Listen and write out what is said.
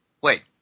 Wait